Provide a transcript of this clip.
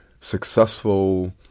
successful